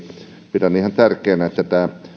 pidän ihan tärkeänä että tämä